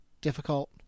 difficult